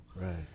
Right